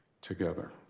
together